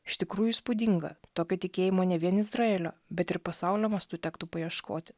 iš tikrųjų įspūdinga tokio tikėjimo ne vien izraelio bet ir pasaulio mastu tektų paieškoti